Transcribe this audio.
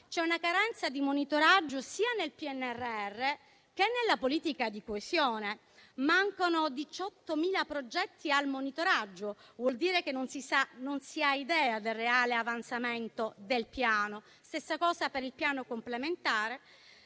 è una carenza di monitoraggio sia del PNRR che della politica di coesione. Mancano 18.000 progetti al monitoraggio: vuol dire che non si ha idea del reale avanzamento del Piano. Stessa considerazione per il piano complementare